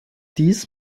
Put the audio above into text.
dies